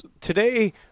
today